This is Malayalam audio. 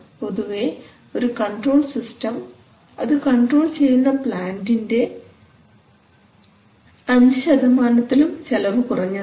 പൊതുവേ ഒരു കൺട്രോൾ സിസ്റ്റം അതു കൺട്രോൾ ചെയ്യുന്ന പ്ലാന്റിൻറെ 5 ശതമാനത്തിലും ചെലവ് കുറഞ്ഞതാണ്